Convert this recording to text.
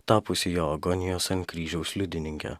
tapusi jo agonijos ant kryžiaus liudininke